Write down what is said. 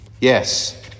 Yes